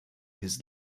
his